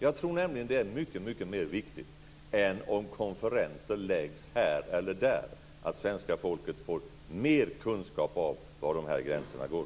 Jag tror nämligen att det är mycket viktigare att svenska folket får mer kunskap om var dessa gränser går än om konferenser läggs här eller där.